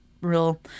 real –